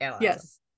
Yes